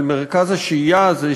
על מרכז השהייה הזה,